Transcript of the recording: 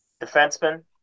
Defenseman